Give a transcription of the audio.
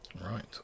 Right